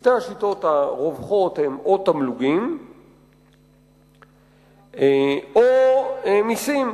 שתי השיטות הרווחות הן או תמלוגים או מסים,